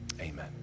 Amen